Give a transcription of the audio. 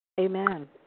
Amen